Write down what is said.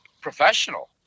professional